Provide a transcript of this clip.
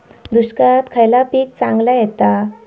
दुष्काळात खयला पीक चांगला येता?